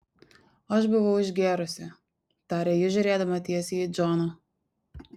aš buvau išgėrusi tarė ji žiūrėdama tiesiai į džoną